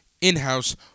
in-house